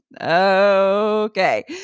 Okay